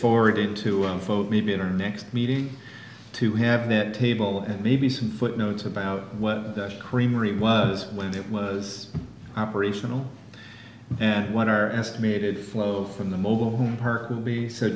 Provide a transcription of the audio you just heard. forward into unfold maybe in or next meeting to have that table and maybe some footnotes about what creamery was when it was operational and when our estimated flow from the mobile home park will be s